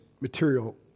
material